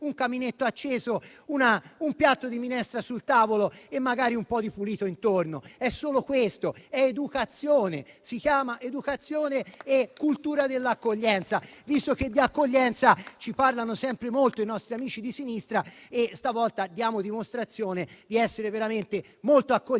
un caminetto acceso, un piatto di minestra sul tavolo e magari un po' di pulito intorno. Si tratta solo di questo: si chiamano educazione e cultura dell'accoglienza. Visto che di accoglienza ci parlano sempre molto i nostri amici della sinistra, stavolta diamo dimostrazione di essere veramente molto accoglienti,